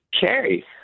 Carrie